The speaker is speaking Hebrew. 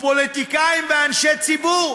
ופוליטיקאים ואנשי ציבור.